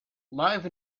live